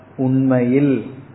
Unmail